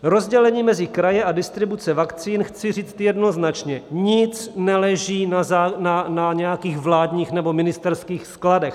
Rozdělení mezi kraje a distribuce vakcín: chci říct jednoznačně, nic neleží na nějakých vládních nebo ministerských skladech.